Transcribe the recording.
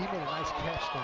nice catch.